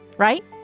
right